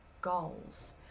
goals